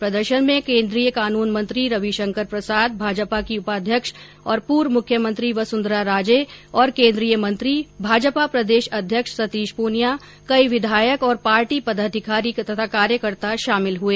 प्रदर्शन में केन्द्रीय कानून मंत्री रविशंकर प्रसाद भाजपा की उपाध्यक्ष और पूर्व मुख्यमंत्री वसुंधरा राजे और केन्द्रीय मंत्री भाजपा प्रदेश अध्यक्ष सतीश पूनियां कई विधायक और पार्टी पदाधिकारी तथा कार्यकर्ता शामिल हुए